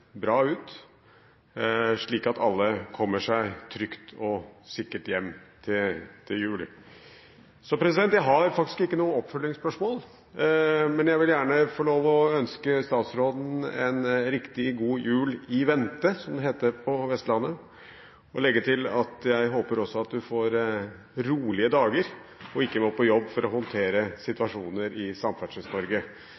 bra ut – slik at alle kommer seg trygt og sikkert hjem til jul. Jeg har faktisk ikke noe oppfølgingsspørsmål, men jeg vil gjerne få lov til å ønske statsråden en riktig god jul i vente, som det heter på Vestlandet, og legge til at jeg håper også at hun får rolige dager og ikke må på jobb for å håndtere